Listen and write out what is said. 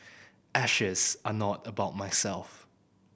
ashes are not about myself